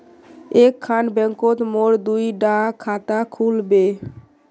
एक खान बैंकोत मोर दुई डा खाता खुल बे?